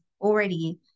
already